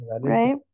right